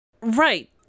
Right